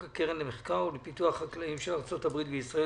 חוק הקרן למחקר ולפיתוח חקלאיים של ארצות-הברית וישראל,